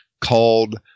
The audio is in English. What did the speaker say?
called